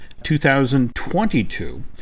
2022